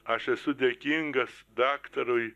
aš esu dėkingas daktarui